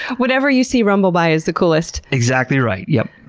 whatever you see rumble by is the coolest. exactly right. yep.